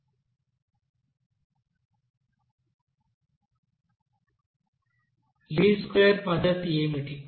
ఇప్పుడు least square పద్ధతి ఏమిటి